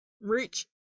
rich